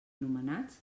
nomenats